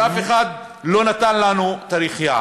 אף אחד לא נתן לנו תאריך יעד.